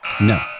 No